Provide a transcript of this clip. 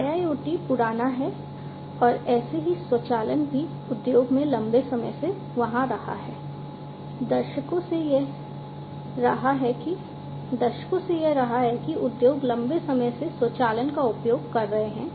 IIoT पुराना है और ऐसे ही स्वचालन भी उद्योग में लंबे समय से वहां रहा है दशकों से यह रहा है कि उद्योग लंबे समय से स्वचालन का उपयोग कर रहे हैं